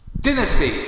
Dynasty